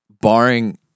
barring